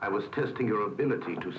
i was testing your ability to